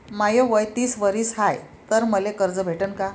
माय वय तीस वरीस हाय तर मले कर्ज भेटन का?